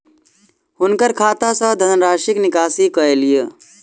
हुनकर खाता सॅ धनराशिक निकासी कय लिअ